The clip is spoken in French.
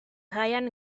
ryan